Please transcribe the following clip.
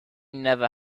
never